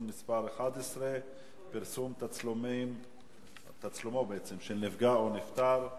מס' 11) (פרסום תצלומו של נפגע או נפטר),